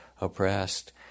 oppressed